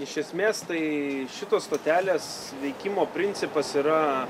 iš esmės tai šitos stotelės veikimo principas yra